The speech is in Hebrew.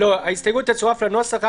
ההסתייגות תצורף לנוסח,